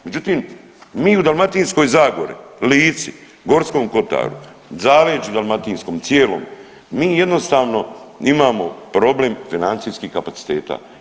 Međutim, mi u Dalmatinskoj zagori, Lici, Gorskom kotaru, zaleđu dalmatinskom cijelom, mi jednostavno imamo problem financijskih kapaciteta.